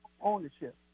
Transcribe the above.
ownership